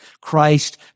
Christ